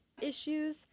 issues